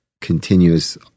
continuous